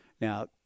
Now